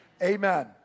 Amen